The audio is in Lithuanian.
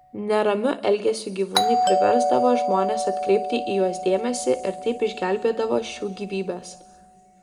neramiu elgesiu gyvūnai priversdavo žmones atkreipti į juos dėmesį ir taip išgelbėdavo šių gyvybes